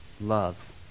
love